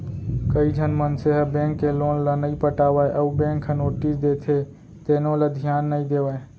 कइझन मनसे ह बेंक के लोन ल नइ पटावय अउ बेंक ह नोटिस देथे तेनो ल धियान नइ देवय